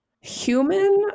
human